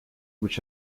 which